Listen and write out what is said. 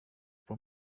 for